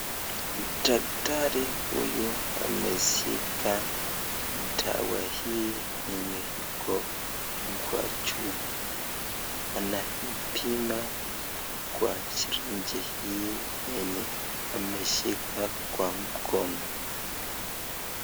Daktari huyu ameshika dawa hii yenye iko kwa chupa, anaipima kwa sirinji hii yenye ameshika kwa mkono.